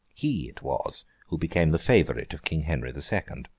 he it was who became the favourite of king henry the second.